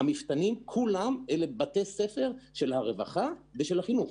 המפתנים הם בתי ספר של הרווחה ושל החינוך.